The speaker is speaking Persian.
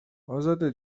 ازاده